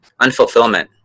unfulfillment